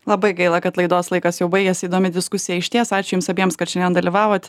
labai gaila kad laidos laikas jau baigiasi įdomi diskusija išties ačiū jums abiems kad šiandien dalyvavot